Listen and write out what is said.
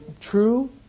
true